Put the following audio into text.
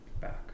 back